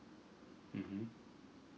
mmhmm